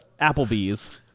Applebee's